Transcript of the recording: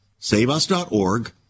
saveus.org